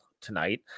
tonight